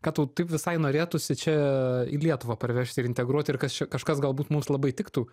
ką tau taip visai norėtųsi čia į lietuvą parvežti ir integruoti ir kas čia kažkas galbūt mums labai tiktų